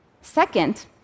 Second